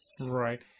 Right